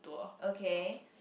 okay